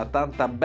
tanta